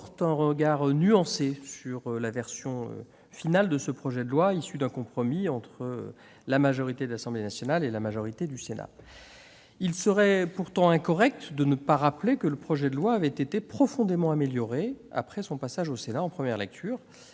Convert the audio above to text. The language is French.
portent un regard nuancé sur la version finale d'un projet de loi issu d'un compromis entre la majorité de l'Assemblée nationale et celle du Sénat. Il serait pourtant incorrect de ne pas rappeler que le projet de loi avait été profondément amélioré après son passage au Sénat en première lecture.